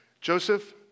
Joseph